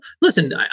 Listen